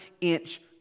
inch